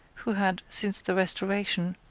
who had, since the restoration,